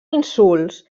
insults